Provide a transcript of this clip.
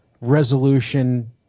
resolution